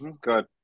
good